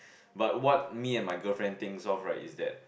but what me and my girlfriend think of right is that